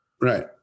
right